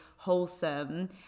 wholesome